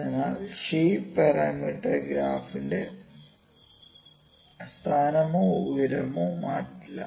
അതിനാൽ shape parameter ഗ്രാഫിന്റെ സ്ഥാനമോ ഉയരമോ മാറ്റില്ല